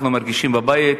אנחנו מרגישים בבית,